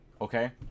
Okay